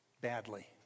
badly